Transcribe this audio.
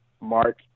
Mark